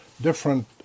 different